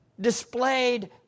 displayed